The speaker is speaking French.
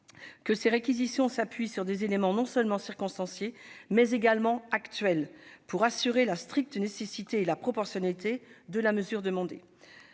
que ces réquisitions s'appuient sur des éléments non seulement circonstanciés, mais également actuels, pour assurer la stricte nécessité et la proportionnalité de la mesure demandée.